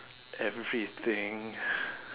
everything